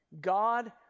God